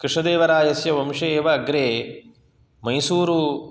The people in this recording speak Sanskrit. कृष्णदेवरायस्य वंशे एव अग्रे मैसूरु